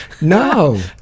no